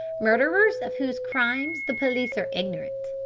murderers, of whose crimes the police are ignorant.